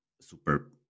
super